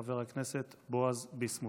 חבר הכנסת בועז ביסמוט.